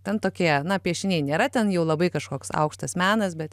ten tokie na piešiniai nėra ten jau labai kažkoks aukštas menas bet